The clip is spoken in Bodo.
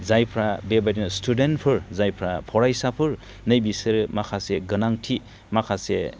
जायफ्रा बेबादिनो स्टुडेन्टफोर जायफ्रा फरायसाफोर नै बेसोरो माखासे गोनांथि माखासे